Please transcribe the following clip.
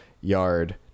yard